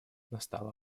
настала